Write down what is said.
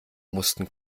mussten